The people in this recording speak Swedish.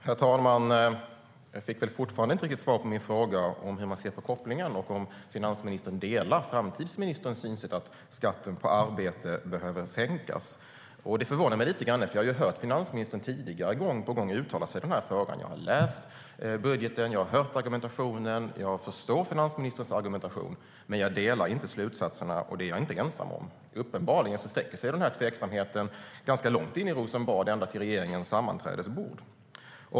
Herr talman! Jag fick fortfarande inte riktigt svar på min fråga hur finansministern ser på kopplingen och om hon delar framtidsministerns synsätt att skatten på arbete behöver sänkas. Det förvånar mig lite grann, för jag har tidigare hört finansministern uttala sig i frågan gång på gång. Jag har läst budgeten, jag har hört argumentationen och jag förstår finansministerns argumentation. Jag delar dock inte slutsatserna, och det är jag inte ensam om. Uppenbarligen sträcker sig tveksamheten ganska långt in i Rosenbad - ända till regeringens sammanträdesbord.